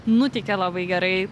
nuteikia labai gerai